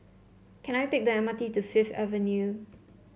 can I take the M R T to Fifth Avenue